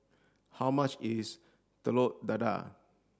how much is Telur Dadah